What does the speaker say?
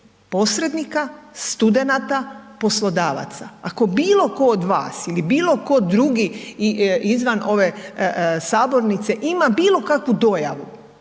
posrednika, studenata, poslodavaca. Ako bilo tko od vas ili bilo tko drugi izvan ove sabornice ima bilo kakvu dojavu,